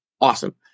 awesome